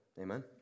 Amen